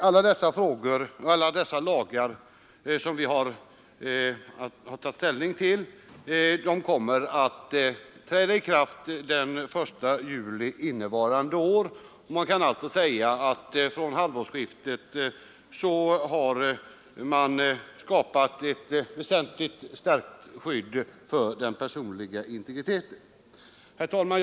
Alla dessa lagar kommer att träda i kraft den 1 juli innevarande år. Man kan alltså säga att det från halvårsskiftet har skapats ett väsentligt stärkt skydd för den personliga integriteten. Herr talman!